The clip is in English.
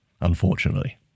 unfortunately